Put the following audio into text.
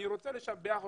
אני רוצה לשבח אותך.